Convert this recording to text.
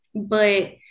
but-